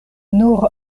nur